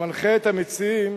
המנחה את המציעים,